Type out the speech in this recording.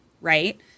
right